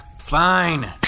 fine